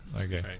Okay